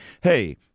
hey